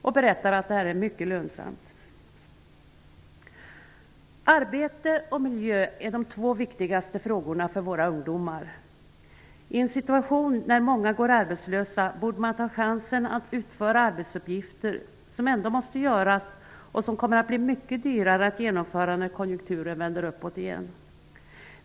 Man berättade att detta var mycket lönsamt. Arbete och miljö är de två viktigaste frågorna för våra ungdomar. I en situation när många går arbetslösa borde man ta chansen att se till att de arbetsuppgifter som ändå måste göras och som kommer att bli mycket dyrare att genomföra när konjunkturen vänder uppåt igen utfördes.